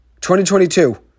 2022